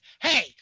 Hey